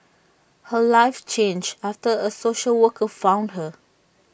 her life changed after A social worker found her